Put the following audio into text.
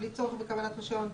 בלא צורך בקבלת רישיון,